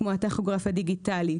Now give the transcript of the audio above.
כמו הטכוגרף הדיגיטלי,